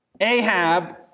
Ahab